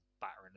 battering